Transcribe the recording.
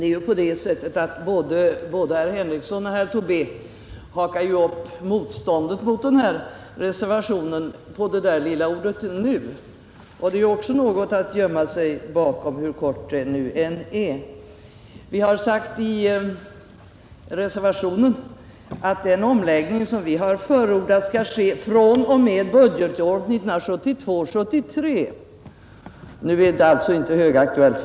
Fru talman! Både herr Henrikson och herr Tobé hakar upp motståndet mot reservationen på det lilla ordet ”nu”. Och det är ju också något att gömma sig bakom, hur kort det än är. Vi uttalar i reservationen att den omläggning som vi förordar skall ske fr.o.m. budgetåret 1972/73. Nu är det alltså för det första inte högaktuellt.